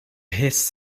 his